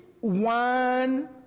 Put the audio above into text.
one